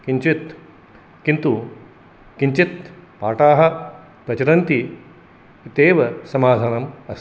किञ्चित् किन्तु किञ्चित् पाठाः प्रचलन्ति इत्येव समाधानम् अस्ति